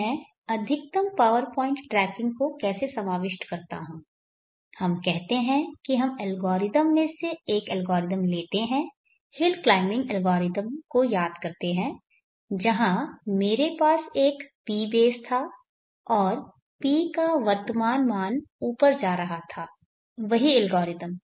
मैं अधिकतम power point tracking को कैसे समाविष्ट करता हूं हम कहते हैं कि हम एल्गोरिदम में से एक एल्गोरिदम लेते हैं हिल क्लाइंबिंग एल्गोरिदम को याद करते हैं जहां हमारे पास एक Pbase था और P का वर्तमान मान ऊपर जा रहा था वही एल्गोरिदम